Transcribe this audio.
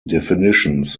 definitions